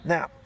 Now